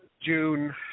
June